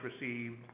received